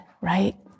right